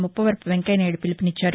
Muppavarapu Venkaiah Naidu పీలుపునిచ్చారు